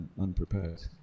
unprepared